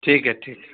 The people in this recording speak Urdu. ٹھیک ہے ٹھیک ہے